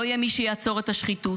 לא יהיה מי שיעצור את השחיתות,